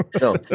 No